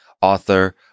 author